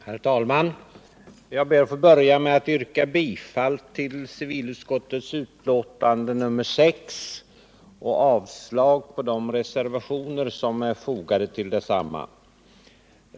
Herr talman! Jag ber att få börja med att yrka bifall till civilutskottets hemställan i betänkandet 6 och avslag på de reservationer som är fogade till detsamma.